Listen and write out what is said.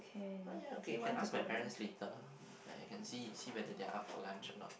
[huh] ya okay you can ask my parents later eh you can see see whether they are up for lunch or not